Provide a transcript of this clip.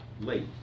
late